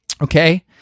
okay